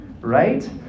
right